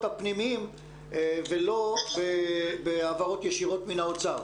הפנימיים ולא בהעברות ישירות מהאוצר?